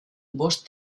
bost